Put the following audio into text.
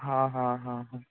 हां हां हां हां